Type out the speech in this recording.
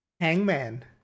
Hangman